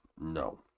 no